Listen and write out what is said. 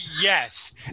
yes